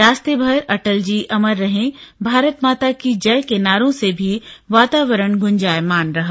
रास्ते भर अटल जी अमर रहें भारत माता की जय के नारों से भी वातावरण गुंजायमान रहा